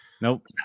Nope